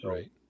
Right